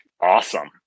Awesome